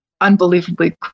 unbelievably